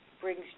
brings